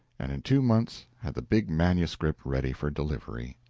and in two months had the big manuscript ready for delivery.